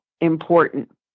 important